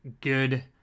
good